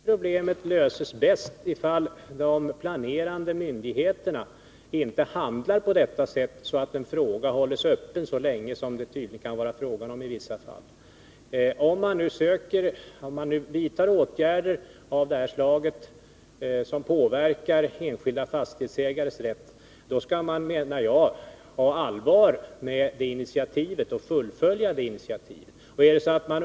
Herr talman! Jag tror att det här problemet löses bäst om de planerande myndigheterna inte handlar på detta sätt, så att ett ärende hålls öppet så länge som det tydligen kan bli fråga om i vissa fall. Om man vidtar åtgärder av detta slag, som påverkar enskilda fastighetsägares rätt, skall man visa att man menar allvar och fullfölja initiativet.